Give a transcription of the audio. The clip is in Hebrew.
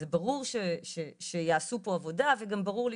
זה ברור שיעשו פה עבודה וגם ברור לי